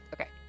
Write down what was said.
Okay